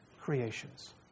creations